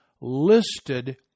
listed